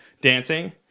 dancing